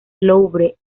louvre